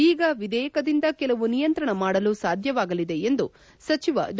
ಈಗ ವಿಧೇಯಕದಿಂದ ಕೆಲವು ನಿಯಂತ್ರಣ ಮಾಡಲು ಸಾಧ್ಣವಾಗಲಿದೆ ಎಂದು ಸಚಿವ ಡಾ